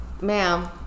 Ma'am